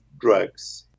drugs